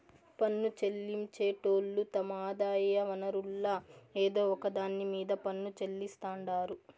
పన్ను చెల్లించేటోళ్లు తమ ఆదాయ వనరుల్ల ఏదో ఒక దాన్ని మీద పన్ను చెల్లిస్తాండారు